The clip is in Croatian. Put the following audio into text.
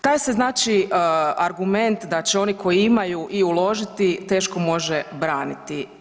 Taj se znači argument da će oni koji imaju i uložiti teško može braniti.